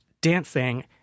dancing